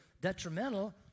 detrimental